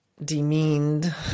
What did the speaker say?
Demeaned